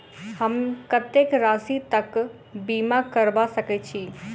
हम कत्तेक राशि तकक बीमा करबा सकैत छी?